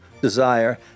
desire